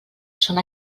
són